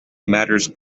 matters